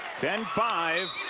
ten five,